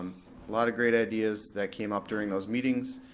lot of great ideas that came up during those meetings.